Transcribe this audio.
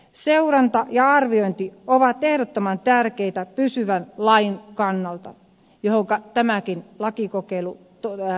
seuranta ja arviointi ovat ehdottoman tärkeitä pysyvän lain kannalta johonka tämäkin lakikokeilu pyrkii